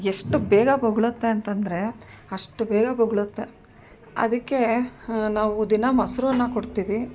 ಎಷ್ಟು ಬೇಗ ಬೊಗ್ಳುತ್ತೆ ಅಂತಂದರೆ ಅಷ್ಟು ಬೇಗ ಬೊಗ್ಳುತ್ತೆ ಅದಕ್ಕೆ ನಾವು ದಿನಾ ಮೊಸರು ಅನ್ನ ಕೊಡ್ತೀವಿ